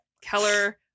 Keller